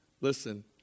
Listen